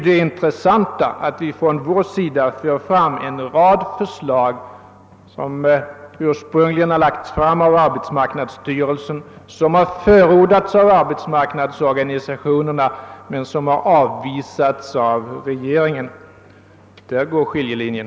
Då finner vi att vi från vår sida fört fram en rad förslag, ursprungligen framlagda av arbetsmarknadsstyrelsen, som förordats av arbetsmarknadsorganisationerna men som avvisats av regeringen. Så går den aktuella skiljelinjen.